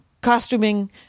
costuming